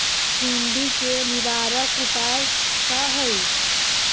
सुंडी के निवारक उपाय का हई?